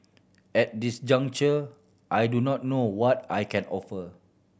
at this juncture I do not know what I can offer